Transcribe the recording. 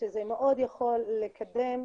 שזה מאוד יכול לקדם,